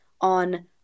on